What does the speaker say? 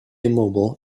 immobile